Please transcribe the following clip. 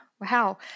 wow